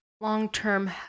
long-term